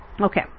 Okay